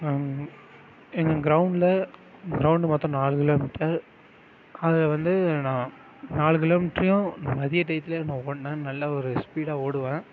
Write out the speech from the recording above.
எங்கள் கிரௌண்டில் கிரௌண்ட் மொத்தம் நாலு கிலோமீட்டர் அதில் வந்து நா நாலு கிலோமீட்டரையும் மதிய டயத்தில் நான் ஓடினா நல்லா ஒரு ஸ்பீடாக ஓடுவேன்